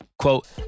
Quote